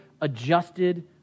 adjusted